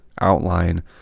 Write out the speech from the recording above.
outline